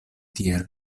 tiel